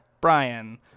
brian